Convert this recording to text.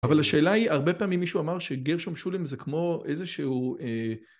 אבל השאלה היא הרבה פעמים מישהו אמר שגרשון שולם זה כמו איזה שהוא